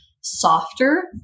softer